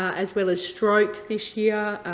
as well as stroke this year,